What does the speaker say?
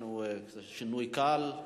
בגלל חשיבות הנושא אנחנו ניתן גם לך לדבר.